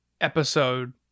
episode